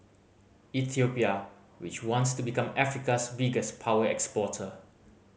Ethiopia which wants to become Africa's biggest power exporter